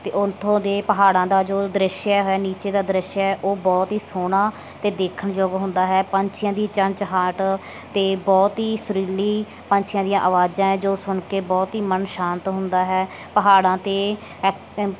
ਅਤੇ ਉੱਥੋਂ ਦੇ ਪਹਾੜਾਂ ਦਾ ਜੋ ਦ੍ਰਿਸ਼ ਹੈ ਨੀਚੇ ਦਾ ਦ੍ਰਿਸ਼ ਹੈ ਉਹ ਬਹੁਤ ਹੀ ਸੋਹਣਾ ਅਤੇ ਦੇਖਣ ਯੋਗ ਹੁੰਦਾ ਹੈ ਪੰਛੀਆਂ ਦੀ ਚੰਨਚਨਾਹਟ ਅਤੇ ਬਹੁਤ ਹੀ ਸੁਰੀਲੀ ਪੰਛੀਆਂ ਦੀਆਂ ਆਵਾਜ਼ਾਂ ਹੈ ਜੋ ਸੁਣ ਕੇ ਬਹੁਤ ਹੀ ਮਨ ਸ਼ਾਂਤ ਹੁੰਦਾ ਹੈ ਪਹਾੜਾਂ 'ਤੇ ਐਕ